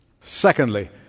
Secondly